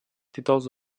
títols